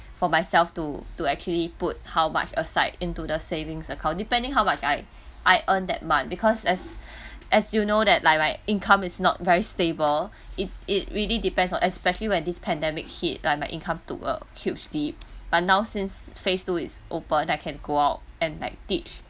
for myself to to actually put how much aside into the savings account depending how much I I earn that month because as as you know that like my income is not very stable it it really depends on especially when this pandemic hit like my income took a huge deep but now since phase two is open I can go out and like teach